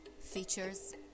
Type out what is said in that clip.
Features